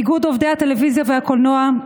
איגוד עובדי הטלוויזיה והקולנוע,